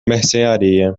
mercearia